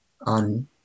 on